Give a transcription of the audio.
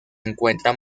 encuentra